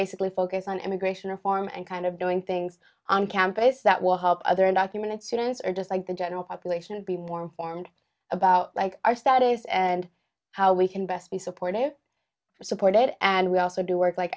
basically focus on immigration reform and kind of doing things on campus that will help other undocumented students or just like the general population to be more informed about like our status and how we can best be supportive for support and we also do work like